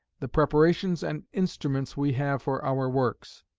the preparations and instruments we have for our works.